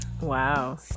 Wow